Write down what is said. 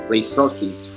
Resources